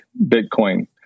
Bitcoin